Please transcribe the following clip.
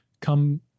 come